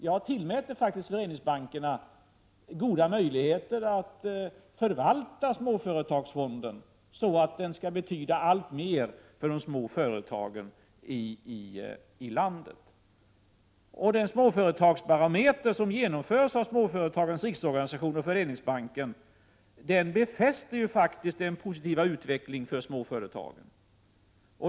Jag tillmäter faktiskt Föreningsbankerna goda möjligheter att förvalta småföretagsfonden, så att den kommer att betyda alltmer för de små företagen i landet. Den småföretagsbarometer som upprättas av Småföretagarnas riksorganisation och Föreningsbanken bekräftar faktiskt den positiva utvecklingen av småföretagen.